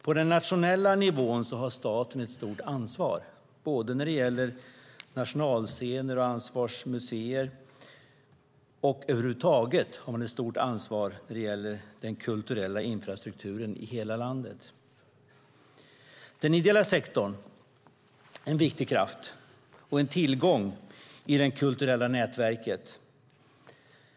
På den nationella nivån har staten ett stort ansvar för nationalscener och ansvarsmuseer och över huvud taget för den kulturella infrastrukturen i hela landet. Den ideella sektorn är en viktig kraft och en tillgång i det kulturella nätverket.